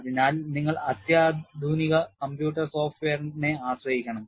അതിനാൽ നിങ്ങൾ അത്യാധുനിക കമ്പ്യൂട്ടർ സോഫ്റ്റ്വെയറിനെ ആശ്രയിക്കണം